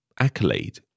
accolade